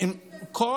אם זה שמאלנים.